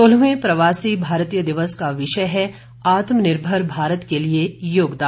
सोलहवें प्रवासी भारतीय दिवस का विषय है आत्मनिर्भर भारत के लिए योगदान